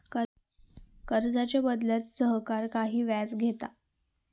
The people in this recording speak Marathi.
कर्जाच्या बदल्यात सरकार काही व्याज घेता